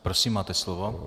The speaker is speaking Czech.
Prosím, máte slovo.